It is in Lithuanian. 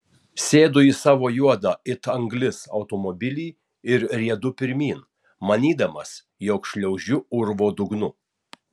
sėdu į savo juodą it anglis automobilį ir riedu pirmyn manydamas jog šliaužiu urvo dugnu